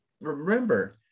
remember